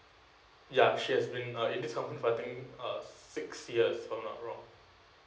ya she has been uh at least I think uh six years if I'm not wrong